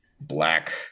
black